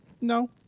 No